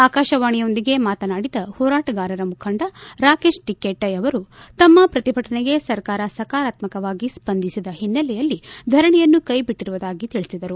ಆಕಾಶವಾಣಿಯೊಂದಿಗೆ ಮಾತನಾಡಿದ ಹೋರಾಟಗಾರ ಮುಖಂಡ ರಾಕೇಶ್ ಟಿಕ್ಸೆಟ್ ಅವರು ತಮ್ಮ ಪ್ರತಿಭಟನೆಗೆ ಸರ್ಕಾರ ಸಕಾರಾತ್ಕವಾಗಿ ಸ್ವಂಧಿಸಿದ ಹಿನ್ನೆಲೆಯಲ್ಲಿ ಧರಣೆಯನ್ನು ಕೈಬಿಟ್ಟಿರುವುದಾಗಿ ತಿಳಿಸಿದರು